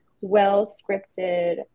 well-scripted